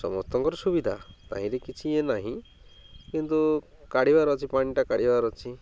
ସମସ୍ତଙ୍କର ସୁବିଧା କାହିଁରେ କିଛି ନାହିଁ କିନ୍ତୁ କାଢ଼ିବାର ଅଛି ପାଣିଟା କାଢ଼ିବାର ଅଛି